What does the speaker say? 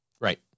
Right